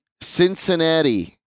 Cincinnati